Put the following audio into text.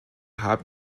haben